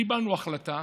קיבלנו החלטה